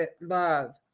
Love